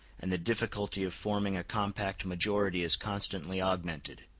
and the difficulty of forming a compact majority is constantly augmented.